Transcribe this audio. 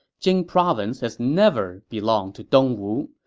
jing province has never belonged to dongwu.